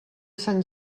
sant